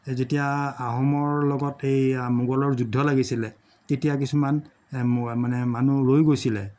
যেতিয়া আহোমৰ লগত এই মোগলৰ যুদ্ধ লাগিছিলে তেতিয়া কিছুমান মানে মানুহ ৰৈ গৈছিলে